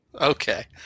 okay